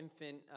infant